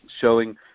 showing